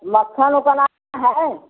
मक्खन ओखना है